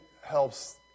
helps